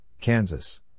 Kansas